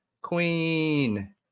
Queen